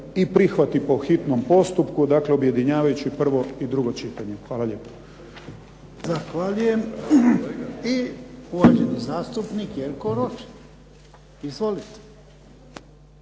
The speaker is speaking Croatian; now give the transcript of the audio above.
i prihvati po hitnom postupku, dakle objedinjavajući prvo i drugo čitanje. Hvala lijepo.